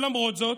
ולמרות זאת,